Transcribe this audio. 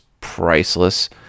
priceless